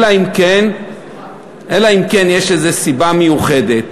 אלא אם כן יש איזו סיבה מיוחדת,